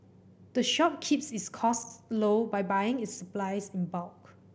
the shop keeps its costs low by buying its supplies in bulk